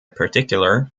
particular